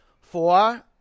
Four